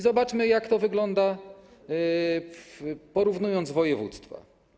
Zobaczmy, jak to wygląda, porównując województwa.